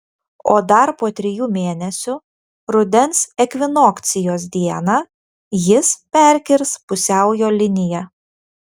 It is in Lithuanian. o dar po trijų mėnesių rudens ekvinokcijos dieną jis perkirs pusiaujo liniją